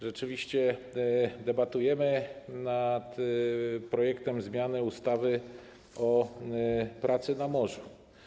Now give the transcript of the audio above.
Rzeczywiście debatujemy nad projektem zmiany ustawy o pracy na morzu.